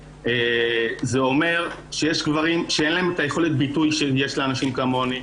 שלי יש גברים שאין להם את יכולת הביטוי שיש לאנשים כמוני,